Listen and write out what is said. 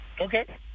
Okay